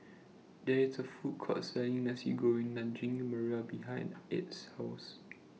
There IS A Food Court Selling Nasi Goreng Daging Merah behind Add's House